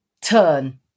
turn